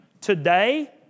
Today